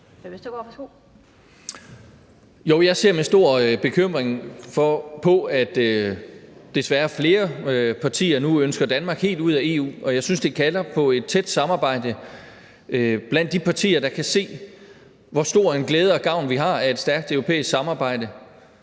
jeg ser med stor bekymring på, at desværre flere partier nu ønsker Danmark helt ud af EU, og jeg synes, det kalder på et tæt samarbejde blandt de partier, der kan se, hvor stor en glæde og gavn vi har af et stærkt europæisk samarbejde,